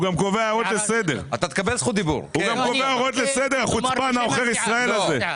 הוא גם נותן הערות לסדר, החוצפן עוכר ישראל הזה.